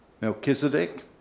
Melchizedek